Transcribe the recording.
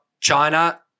China